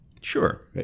Sure